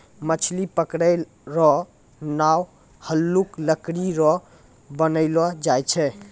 मछली पकड़ै रो नांव हल्लुक लकड़ी रो बनैलो जाय छै